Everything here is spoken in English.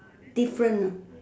different